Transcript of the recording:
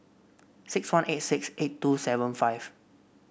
six one eight six eight two five seven